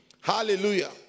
hallelujah